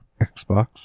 Xbox